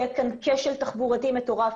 יהיה כאן כשל תחבורתי מטורף.